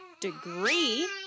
degree